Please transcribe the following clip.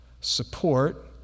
support